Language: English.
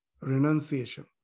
renunciation